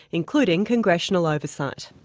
including congressional oversight.